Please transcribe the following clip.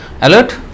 alert